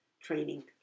training